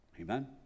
Amen